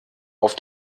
auf